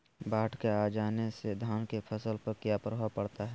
बाढ़ के आ जाने से धान की फसल पर किया प्रभाव पड़ता है?